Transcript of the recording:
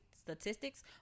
statistics